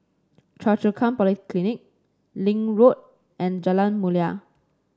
Choa Chu Kang Polyclinic Link Road and Jalan Mulia